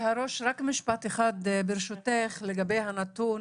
היושבת-ראש, רק משפט אחד ברשותך, לגבי הנתון